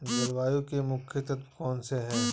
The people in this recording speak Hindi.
जलवायु के मुख्य तत्व कौनसे हैं?